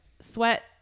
sweat